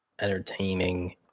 entertaining